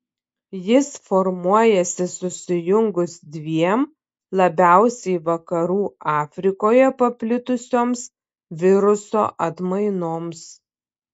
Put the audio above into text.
jis formuojasi susijungus dviem labiausiai vakarų afrikoje paplitusioms viruso atmainoms